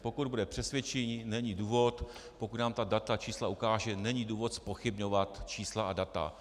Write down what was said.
Pokud bude přesvědčivý, není důvod, pokud nám ta data, čísla ukáže, není důvod zpochybňovat čísla a data.